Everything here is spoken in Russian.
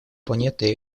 планеты